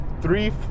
three